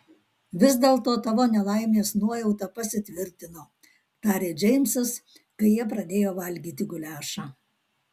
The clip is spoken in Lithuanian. vis dėlto tavo nelaimės nuojauta pasitvirtino tarė džeimsas kai jie pradėjo valgyti guliašą